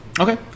okay